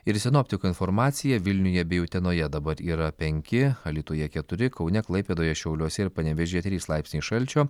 ir sinoptikų informacija vilniuje bei utenoje dabar yra penki alytuje keturi kaune klaipėdoje šiauliuose ir panevėžyje trys laipsniai šalčio